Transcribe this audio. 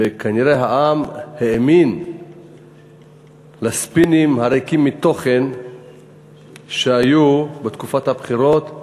כנראה העם האמין לספינים הריקים מתוכן שהיו בתקופת הבחירות,